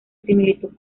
similitud